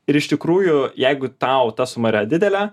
ir iš tikrųjų jeigu tau ta suma yra didelė